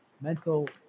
mental